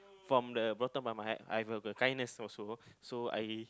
form the bottle of my mind I've got the kindness also so I